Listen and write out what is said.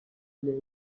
late